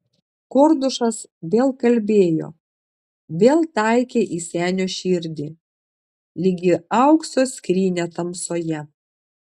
kordušas vėl kalbėjo vėl taikė į senio širdį lyg į aukso skrynią tamsoje